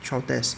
trial test